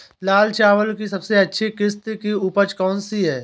लाल चावल की सबसे अच्छी किश्त की उपज कौन सी है?